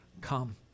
come